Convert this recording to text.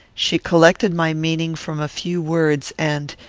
she collected my meaning from a few words, and,